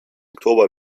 oktober